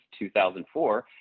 2004